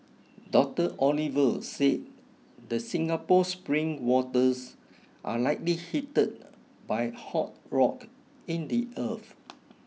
Doctor Oliver said the Singapore spring waters are likely heat by hot rock in the earth